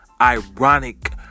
ironic